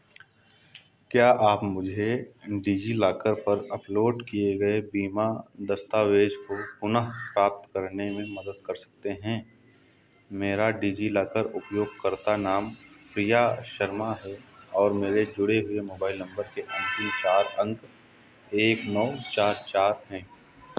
क्या आप मुझे डिजिलॉकर पर अपलोड किए गए बीमा दस्तावेज़ को पुनः प्राप्त करने में मदद कर सकते हैं मेरा डिजिलॉकर उपयोगकर्ता नाम प्रिया शर्मा है और मेरे जुड़े हुए मोबाइल नंबर के अंतिम चार अंक एक नौ चार चार हैं